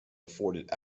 afforded